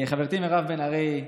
חברתי מירב בן ארי,